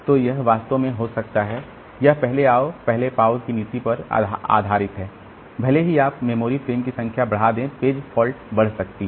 तो यह वास्तव में हो सकता है कि यह पहले आओ पहले पाओ की नीति पर आधारित हो भले ही आप मेमोरी फ्रेम की संख्या बढ़ा दें पेज फॉल्ट बढ़ सकती है